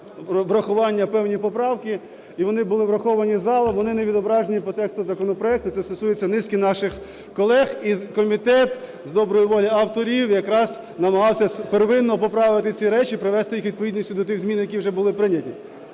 врахування певні поправки і вони були враховані залом, вони не відображені по тексту законопроекту. Це стосується низки наших колег. І комітет з доброї волі авторів якраз намагався первинно поправити ці речі, привести їх у відповідність до тих змін, які вже були прийняті.